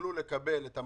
שיוכלו לקבל את המענק.